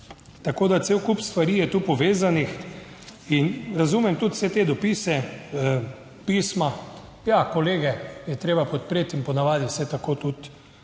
Tako da cel kup stvari je tu povezanih. In razumem tudi vse te dopise. Pisma, ja, kolege je treba podpreti in po navadi se tako tudi